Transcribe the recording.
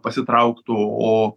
pasitrauktų o